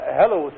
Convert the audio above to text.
hello